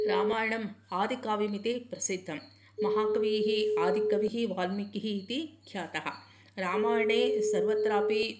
रामायणम् आदिकाव्यमिति प्रसिद्धं महाकविः आदिकविः वाल्मीकिः इति ख्यातः रामायणे सर्वत्रापि